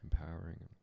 empowering